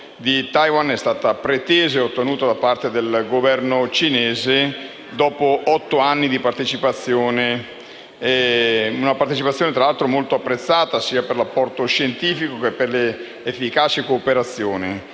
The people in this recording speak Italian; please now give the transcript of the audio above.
della sanità è stata pretesa e ottenuta da parte del Governo cinese dopo otto anni di partecipazione, tra l'altro molto apprezzata sia per l'apporto scientifico che per le efficaci cooperazioni.